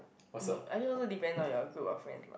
mm I think also depend on your group of friends lah